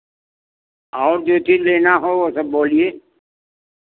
आओगे की लेना हो तो बोलिए